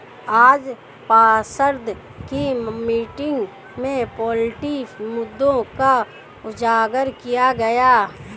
आज पार्षद की मीटिंग में पोल्ट्री मुद्दों को उजागर किया गया